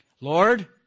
Lord